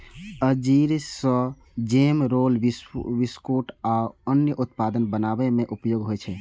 अंजीर सं jam, roll, biscuit आ अन्य उत्पाद बनाबै मे उपयोग होइ छै